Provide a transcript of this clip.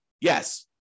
Yes